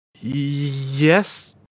Yes